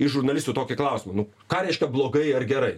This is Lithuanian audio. iš žurnalistų tokį klausimą nu ką reiškia blogai ar gerai